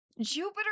Jupiter